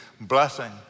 blessing